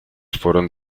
fueron